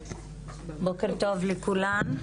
בוקר טוב לכולן.